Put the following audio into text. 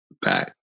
back